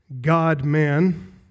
God-man